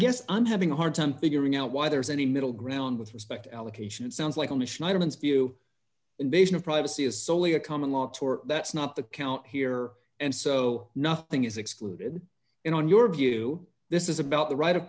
guess i'm having a hard time figuring out why there is any middle ground with respect allocation it sounds like a mission i don't spew invasion of privacy is soley a common law tor that's not the count here and so nothing is excluded in on your view this is about the right of